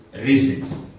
reasons